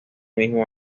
mismo